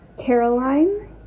Caroline